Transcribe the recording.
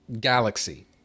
galaxy